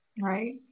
Right